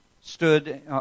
stood